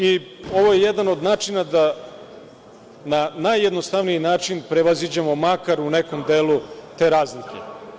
I ovo je jedan od načina da na najjednostavniji način prevaziđemo, makar u nekom delu, te razlike.